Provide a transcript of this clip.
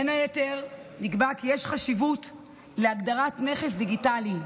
בין היתר נקבע כי יש חשיבות להגדרת נכס דיגיטלי,